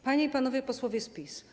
Panie i Panowie Posłowie z PiS!